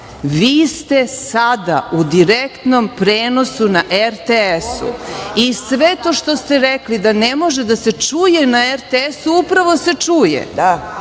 vi ste sada u direktnom prenosu na RTS-u i sve to što ste rekli da ne može da se čuje na RTS-u, upravo se čuje. Stoga